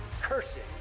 cursing